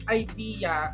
idea